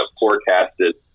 forecasted